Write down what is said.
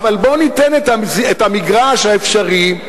אבל בוא ניתן את המגרש האפשרי,